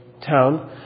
town